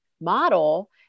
model